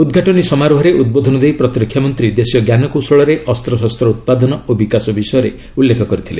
ଉଦ୍ଘାଟନୀ ସମାରୋହରେ ଉଦ୍ବୋଧନ ଦେଇ ପ୍ରତିରକ୍ଷା ମନ୍ତ୍ରୀ ଦେଶୀୟ ଜ୍ଞାନକୌଶଳରେ ଅସ୍ତ୍ରଶସ୍ତ ଉତ୍ପାଦନ ଓ ବିକାଶ ବିଷୟରେ ଉଲ୍ଲେଖ କରିଥିଲେ